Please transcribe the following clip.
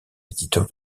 éditeur